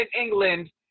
England